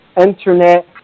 internet